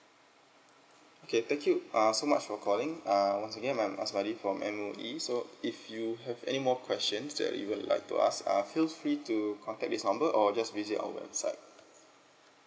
K thank you uh so much for calling err once again my I'm aswati from M_O_E so if you have any more questions that you will like to ask uh feel free to contact this number or just visit our website